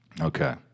Okay